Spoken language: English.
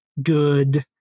good